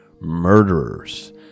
murderers